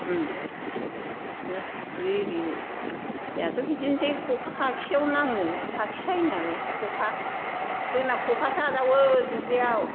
ओम ना फिथिख्रि इरिआथ' बिदिनसै खखा खाखियावनो नाङो खाखि सायनानै खखा जोंना खखासो आजावो दुब्लिआव